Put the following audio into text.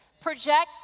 project